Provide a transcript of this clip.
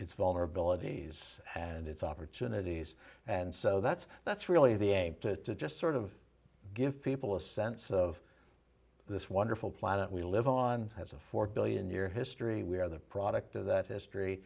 its vulnerabilities and its opportunities and so that's that's really the aim to just sort of give people a sense of this wonderful planet we live on as a four billion year history we are the product of that history